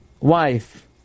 wife